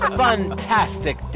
fantastic